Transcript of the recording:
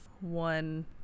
one